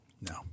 No